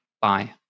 Bye